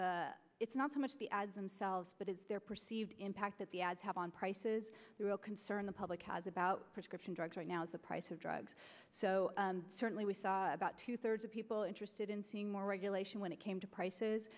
the it's not so much the ads themselves but as their perceived impact that the ads have on prices concern the public has about prescription drugs right now is the price of drugs so certainly we saw about two thirds of people interested in seeing more regulation when it came to prices